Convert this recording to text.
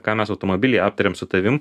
ką mes automobilyje aptarėm su tavim